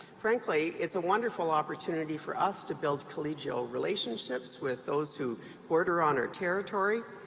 frankly, it's a wonderful opportunity for us to build collegial relationships with those who border on our territory,